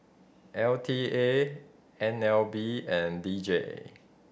L T A N L B and D J